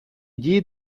дії